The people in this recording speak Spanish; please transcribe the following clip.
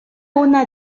una